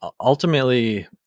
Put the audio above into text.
ultimately